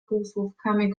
półsłówkami